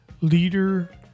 Leader